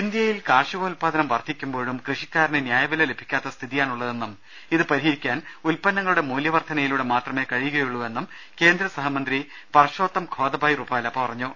ഇന്ത്യയിൽ കാർഷികോൽപാദനം വർദ്ധിക്കുമ്പോഴും കൃഷിക്കാരന് ന്യായവില ലഭിക്കാത്ത സ്ഥിതിയാണുളളതെന്നും ഇത് പരിഹരിക്കാൻ ഉൽപന്നങ്ങളുടെ മൂല്യവർദ്ധനയിലൂടെ മാത്രമേ കഴിയുകയുവെന്നും കേന്ദ്രസഹമന്ത്രി പർഷോത്തം ഖോദഭായ് റുപാല പറഞ്ഞു